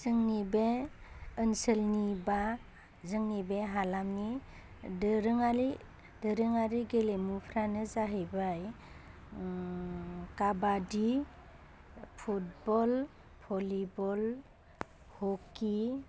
जोंनि बे ओनसोलनि बा जोंनि बे हालामनि दोरोङारि गेलेमुफ्रानो जाहैबाय काबादि पुटबल भलिबल हकी